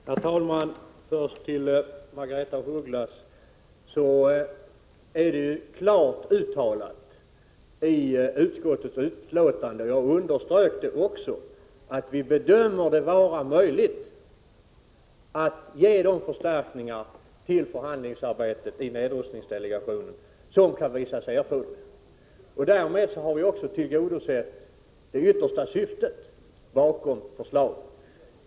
Herr talman! Först till Margaretha af Ugglas: Det är klart uttalat i utskottets betänkande, och jag underströk det också, att vi bedömer det vara möjligt att ge de förstärkningar till förhandlingsarbetet i nedrustningsdelegationen som kan visa sig erforderliga. Därmed har vi också tillgodosett det yttersta syftet bakom förslaget.